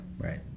Right